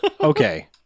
okay